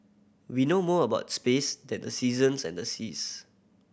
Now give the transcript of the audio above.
we know more about space than the seasons and the seas